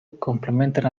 complementan